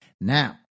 Now